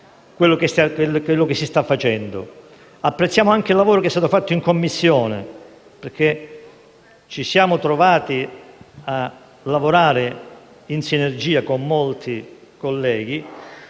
Apprezziamo anche il lavoro svolto in Commissione, perché ci siamo trovati a lavorare in sinergia con molti colleghi.